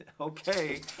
okay